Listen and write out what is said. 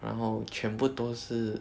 然后全部都是